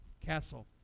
Castle